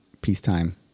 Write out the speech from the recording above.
peacetime